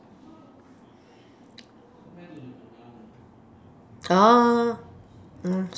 orh